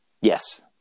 Yes